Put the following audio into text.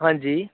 ਹਾਂਜੀ